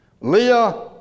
Leah